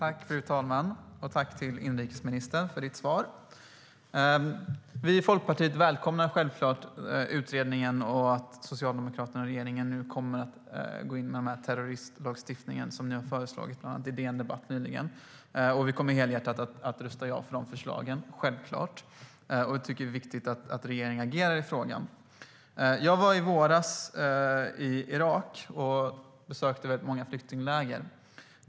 Fru talman! Jag tackar inrikesministern för hans svar. Vi i Folkpartiet välkomnar självklart utredningen och att ni i Socialdemokraterna och regeringen nu kommer att gå in med den terroristlagstiftning som ni föreslagit, bland annat i DN Debatt nyligen. Vi kommer självklart helhjärtat att rösta ja till de förslagen. Vi tycker att det är viktigt att regeringen agerar i frågan. Jag var i våras i Irak och besökte många flyktingläger.